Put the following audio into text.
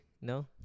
No